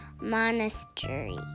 monastery